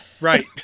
Right